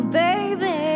baby